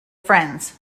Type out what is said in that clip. friends